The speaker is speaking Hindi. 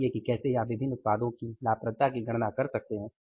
और कहिये कि कैसे आप विभिन्न उत्पादों की लाभप्रदता की गणना कर सकते हैं